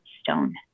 stone